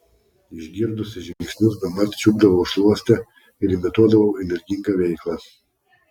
išgirdusi žingsnius bemat čiupdavau šluostę ir imituodavau energingą veiklą